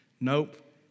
Nope